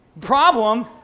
Problem